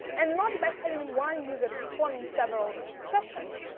and not by having one user performing several sessions,